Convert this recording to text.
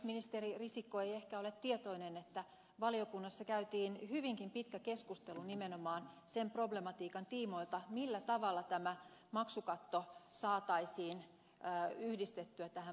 ministeri risikko ei ehkä ole tietoinen että valiokunnassa käytiin hyvinkin pitkä keskustelu nimenomaan sen problematiikan tiimoilta millä tavalla tämä maksukatto saataisiin yhdistettyä tähän palvelusetelijärjestelmään